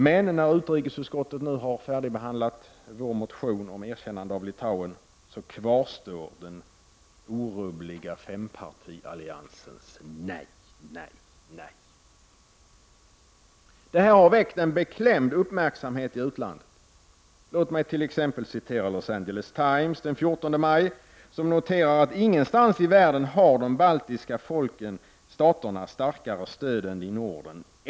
Men när utrikesutskottet nu har färdigbehandlat vår motion om erkännande av Litauen kvarstår den orubbliga fempartialliansens nej och åter nej. Det här har väckt beklämd uppmärksamhet i utlandet. I Los Angeles Times skrev man den 14 maj: Ingenstans i världen har de baltiska staterna starkare stöd än i Norden.